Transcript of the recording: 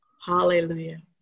Hallelujah